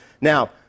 Now